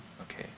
Okay